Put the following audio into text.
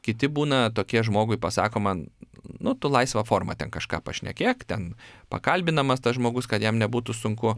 kiti būna tokie žmogui pasako man nu tu laisva forma ten kažką pašnekėk ten pakalbinamas tas žmogus kad jam nebūtų sunku